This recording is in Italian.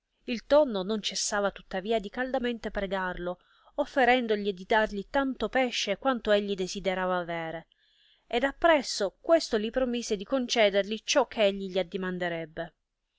il tonno non cessava tuttavia di caldamente pregarlo offerendogli di dargli tanto pesce quanto egli desiderava avere ed appresso questo li promise di concedergli ciò che egli gli addimanderebbe